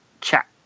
chat